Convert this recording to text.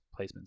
placements